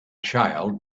child